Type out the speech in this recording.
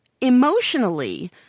emotionally